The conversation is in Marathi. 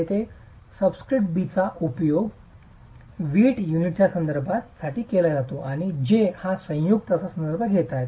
येथे सबस्क्रिप्ट बीचा उपयोग वीट युनिटचा संदर्भ घेण्यासाठी केला जातो आणि j हा संयुक्तचा संदर्भ घेत आहे